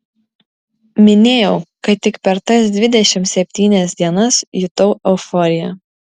minėjau kad tik per tas dvidešimt septynias dienas jutau euforiją